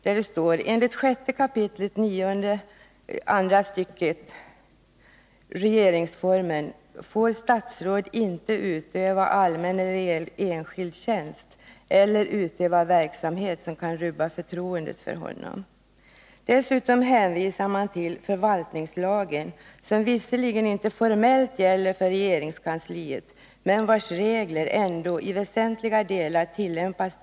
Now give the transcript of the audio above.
Där står det: Enligt 6 kap. 9 § andra stycket regeringsformen får statsråd inte utöva allmän eller enskild tjänst eller utöva verksamhet som kan rubba förtroendet för honom. Dessutom hänvisar man till förvaltningslagen, som visserligen inte formellt gäller för regeringskansliet, men vars regler ändå i väsentliga delar tillämpas.